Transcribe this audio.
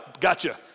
gotcha